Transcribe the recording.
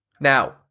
Now